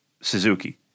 Suzuki